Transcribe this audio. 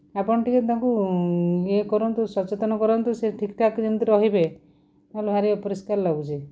ଆପଣ ଟିକିଏ ତାଙ୍କୁ ଇଏ କରନ୍ତୁ ସଚେତନ କରନ୍ତୁ ଯେମିତି ଠିକ୍ ଠାକ୍ ଯେମିତି ରହିବେ ଭାରି ଅପରିଷ୍କାର ଲାଗୁଛି